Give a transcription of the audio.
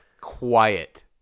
quiet